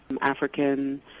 African